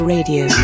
Radio